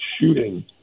shooting